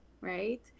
right